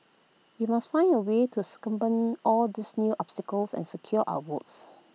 we must find A way to circumvent all these new obstacles and secure our votes